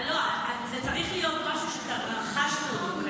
זה צריך להיות משהו שאתה רכשת אותו.